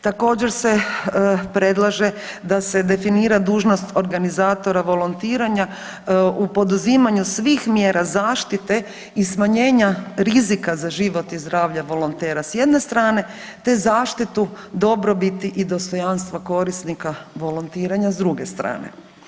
Također se predlaže da se definira dužnost organizatora volontiranja u poduzimanju svih mjera zaštite i smanjenja rizika za život i zdravlja volontera s jedne strane te zaštitu dobrobiti i dostojanstva korisnika volontiranja s druge strane.